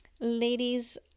Ladies